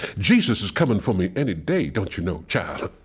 jesus is coming for me any day, don't you know, child?